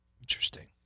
Interesting